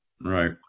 Right